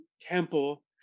temple